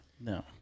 No